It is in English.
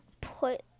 put